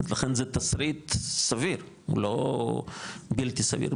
לכן זה תסריט סביר, הוא לא בלתי סביר.